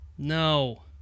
No